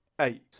eight